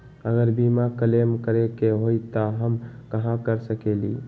अगर बीमा क्लेम करे के होई त हम कहा कर सकेली?